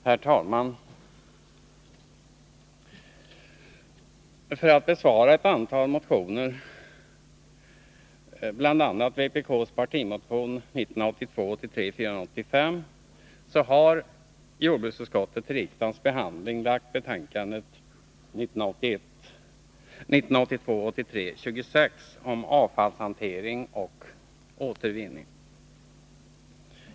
Herr talman! För att besvara ett antal motioner, bl.a. vpk:s partimotion 1982 83:26 om avfallshantering och återvinning.